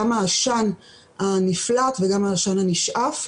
גם העשן הנפלט וגם על העשן שנשאף.